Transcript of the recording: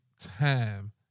time